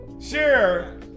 Share